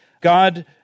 God